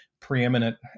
preeminent